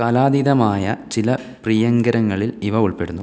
കാലാതീതമായ ചില പ്രിയങ്കരങ്ങളിൽ ഇവ ഉൾപ്പെടുന്നു